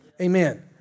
Amen